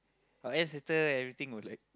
our ancestor everything was like